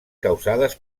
causades